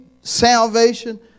salvation